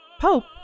Pope